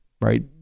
Right